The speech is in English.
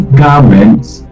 garments